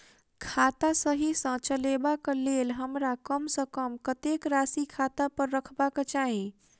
खाता सही सँ चलेबाक लेल हमरा कम सँ कम कतेक राशि खाता पर रखबाक चाहि?